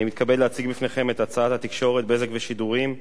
אני מתכבד להציג בפניכם את הצעת חוק התקשורת (בזק ושידורים)